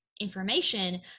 information